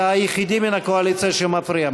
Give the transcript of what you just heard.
אתה היחידי מן הקואליציה שמפריע.